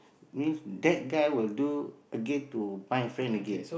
means that guy will do again to my friend again